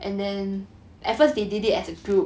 uh mm